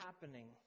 happening